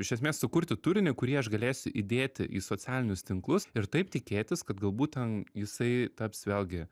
iš esmės sukurti turinį kurį aš galėsiu įdėti į socialinius tinklus ir taip tikėtis kad galbūt ten jisai taps vėlgi